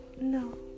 No